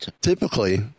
typically